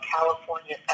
California